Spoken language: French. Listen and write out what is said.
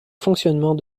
fonctionnement